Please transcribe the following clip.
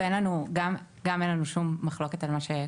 וגם אין לנו שום מחלוקת על מה שאמרת,